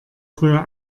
früher